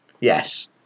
yes